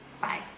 Bye